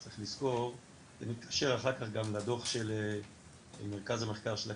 צריך לזכור זה מתקשר אחר כך גם לדוח של מרכז המחקר של הכנסת,